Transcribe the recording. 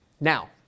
Now